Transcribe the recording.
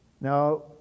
Now